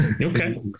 Okay